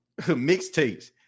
mixtapes